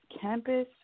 campus